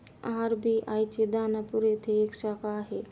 RBI ची दानापूर येथे एक शाखा आहे